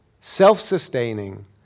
self-sustaining